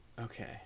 Okay